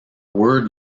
word